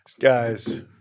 guys